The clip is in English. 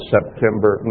September